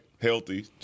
healthy